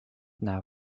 nav